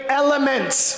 elements